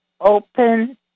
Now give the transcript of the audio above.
open